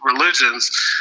religions